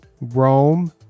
Rome